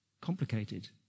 complicated